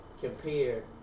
compare